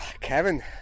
Kevin